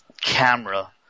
camera